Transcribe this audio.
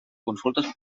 consultes